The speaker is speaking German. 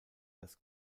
das